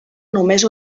només